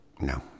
No